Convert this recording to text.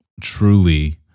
truly